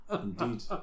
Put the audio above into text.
Indeed